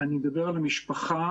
אני מדבר על המשפחה,